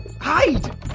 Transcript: Hide